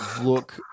look